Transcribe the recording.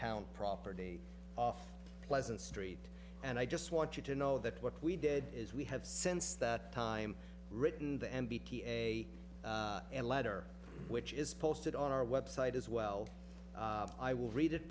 town property off pleasant street and i just want you to know that what we did is we have since that time written the n b a letter which is posted on our website as well i will read it